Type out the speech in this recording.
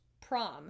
Prom